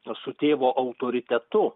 su tėvo autoritetu